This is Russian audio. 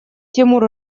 тимур